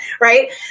Right